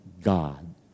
God